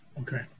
Okay